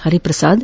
ಪರಿಪ್ರಸಾದ್